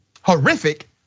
horrific